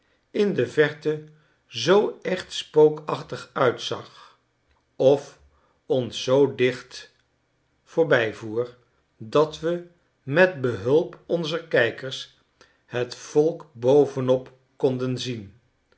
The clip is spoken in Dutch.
in de verte zoo echt spookachtig uitzag of ons zoo dicht voorbijvoer dat we met behulp onzer kijkers het volk bovenop konden zien